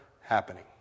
happening